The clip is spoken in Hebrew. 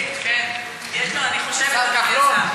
השר כחלון,